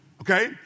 Okay